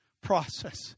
process